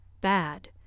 Bad